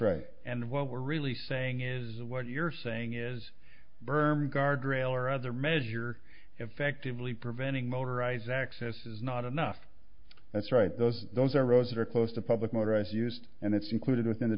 right and what we're really saying is that what you're saying is bermed guardrail or other measure effectively preventing motorized access is not enough that's right those those are roads are closed to public motorized used and it's included within the